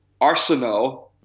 Arsenal